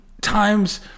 times